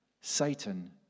Satan